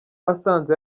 asanze